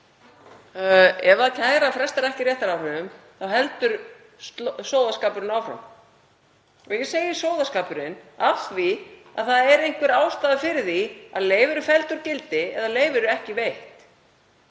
Ef kæra frestar ekki réttaráhrifum heldur sóðaskapurinn áfram. Ég segi sóðaskapur af því að það er einhver ástæða fyrir því að leyfi eru felld úr gildi eða leyfi ekki veitt.